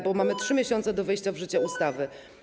Bo mamy 3 miesiące do wejścia w życie ustawy.